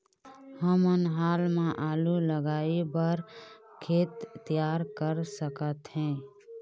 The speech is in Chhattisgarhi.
हमन हाल मा आलू लगाइ बर खेत तियार कर सकथों?